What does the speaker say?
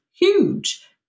huge